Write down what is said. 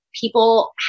people